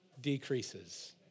decreases